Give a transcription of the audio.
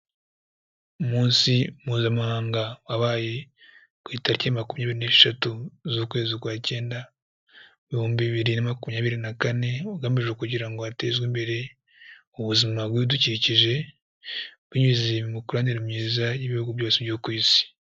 Umunsi mpuzamahanga wabaye ku itariki makumyabiri n'esheshatu z'ukwezi kwa cyenda, ibihumbi bibiri na makumyabiri na kane, ugamije kugira ngo hatezwe imbere ubuzima bw'ibidukikije, binyuze mu mikoranire myiza y'ibihugu byose byo ku isi.